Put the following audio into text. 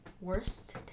Worst